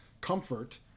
comfort